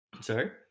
Sorry